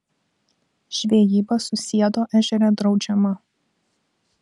žvejyba susiedo ežere draudžiama